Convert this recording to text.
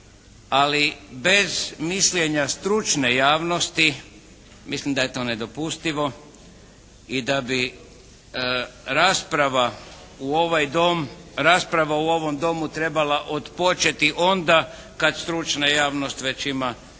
ali bez mišljenja stručne javnosti mislim da je to nedopustivo i da bi rasprava u ovaj Dom, rasprava u ovom Domu trebala otpočeti onda kad stručna javnost već ima zauzeti